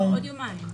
עוד יומיים.